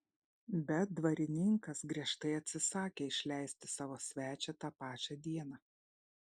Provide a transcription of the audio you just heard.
bet dvarininkas griežtai atsisakė išleisti savo svečią tą pačią dieną